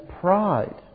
pride